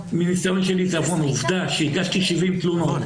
עובדה שהגשתי 70 תלונות.